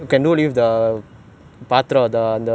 or the [one] he pour milk ah